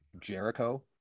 Jericho